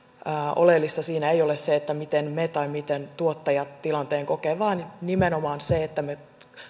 oleellista siinä ei ole se miten me tai miten tuottajat tilanteen kokevat vaan nimenomaan se että me